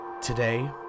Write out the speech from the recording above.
Today